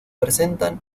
presentan